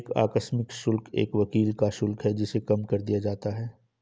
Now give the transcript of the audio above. एक आकस्मिक शुल्क एक वकील का शुल्क है जिसे कम कर दिया जाता है